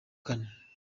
kane